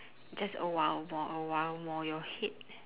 just a while more a while more your head